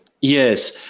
Yes